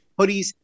hoodies